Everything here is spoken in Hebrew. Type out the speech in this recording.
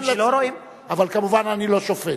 אבל כמובן, אני לא שופט.